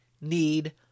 need